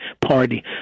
party